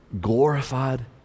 glorified